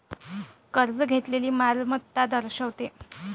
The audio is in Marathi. कर्ज घेतलेली मालमत्ता दर्शवते